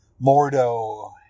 mordo